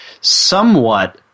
somewhat